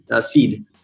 Seed